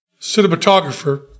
cinematographer